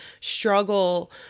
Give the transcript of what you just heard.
struggle